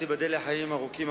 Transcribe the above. תיבדל לחיים ארוכים,